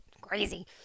crazy